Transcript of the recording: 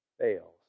fails